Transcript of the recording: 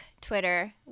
Twitter